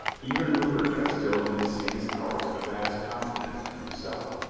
even rupert had still in his sanest hours a vast confidence in himself.